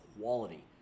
quality